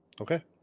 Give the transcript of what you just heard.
Okay